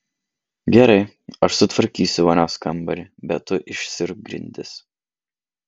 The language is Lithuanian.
gerai aš sutvarkysiu vonios kambarį bet tu išsiurbk grindis